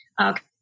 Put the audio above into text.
Okay